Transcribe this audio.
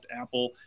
Apple